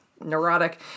neurotic